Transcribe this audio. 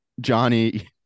Johnny